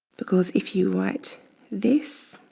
because if you write this,